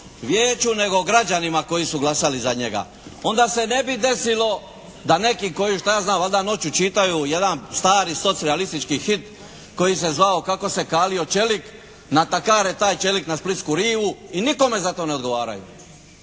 vijeću nego građanima koji su glasali za njega. Onda se ne bi desilo da neki koji šta ja znam valjda noću čitaju jedan stari socrealistički hit koji se zvao "Kako se kalio čelik", natakare taj čelik na splitsku rivu i nikome za to ne odgovaraju.